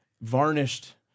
varnished